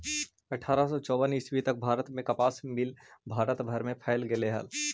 अट्ठारह सौ चौवन ईस्वी तक भारत में कपास मिल भारत भर में फैल गेले हलई